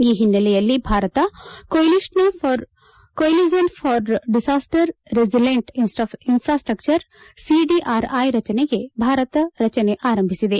ಈ ಹಿನ್ನೆಲೆಯಲ್ಲಿ Bharat coalition for disaster resilient infrastructure CDRI ರಚನೆಗೆ ಭಾರತ ರಚನೆಯ ಆರಂಭಿಸಿದೆ